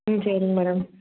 ம் சரிங்க மேடம்